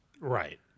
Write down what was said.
Right